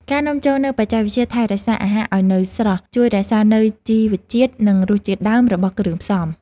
ការនាំចូលនូវបច្ចេកវិទ្យាថែរក្សាអាហារឱ្យនៅស្រស់ ជួយរក្សានូវជីវជាតិនិងរសជាតិដើមរបស់គ្រឿងផ្សំ។